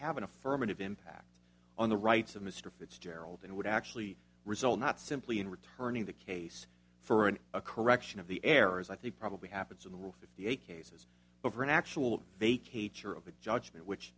have an affirmative impact on the rights of mr fitzgerald and would actually result not simply in returning the case for an a correction of the errors i think probably happens in the real fifty eight cases over an actual vacates or of a judgement which